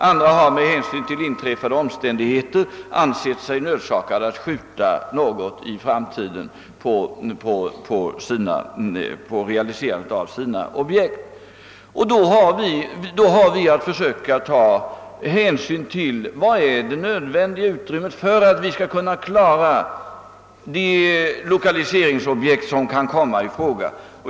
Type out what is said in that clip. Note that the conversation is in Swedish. Andra har med hänsyn till vissa omständigheter ansett sig nödsakade att skjuta realiserandet av sina projekt något på framtiden. Vi måste då ta hänsyn till detta och försöka bedöma hur stort belopp som behövs för att vi skall kunna klara de lokaliseringsobjekt som kan komma i fråga.